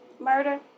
murder